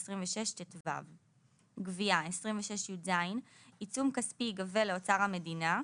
26טו. 26יזגבייה עיצום כספי ייגבה לאוצר המדינה,